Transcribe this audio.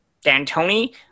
D'Antoni